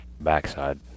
Backside